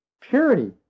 Purity